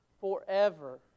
forever